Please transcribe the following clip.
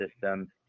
system